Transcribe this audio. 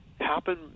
happen